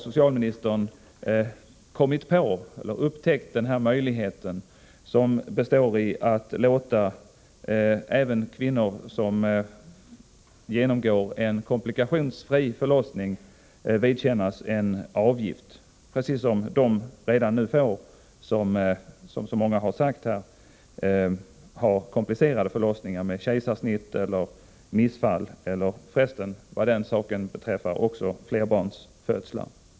Socialministern har då sett möjligheten att låta även kvinnor som genomgår en komplikationsfri förlossning vidkännas en avgift på samma sätt som när det gäller kvinnor med komplicerade förlossningar — det kan vara fråga om kejsarsnitt, missfall eller flerbarnsfödslar.